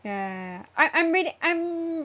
ya ya ya ya I I'm really I'm